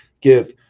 give